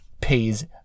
pays